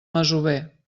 masover